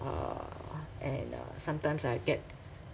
uh and uh sometimes I get